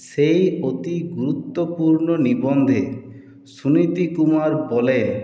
সেই অতি গুরুত্বপূর্ণ নিবন্ধে সুনীতিকুমার বলেন